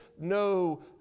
no